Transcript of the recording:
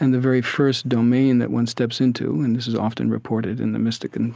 and the very first domain that one steps into, and this is often reported in the mystic and